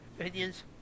opinions